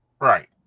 Right